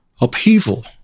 upheaval